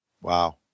Wow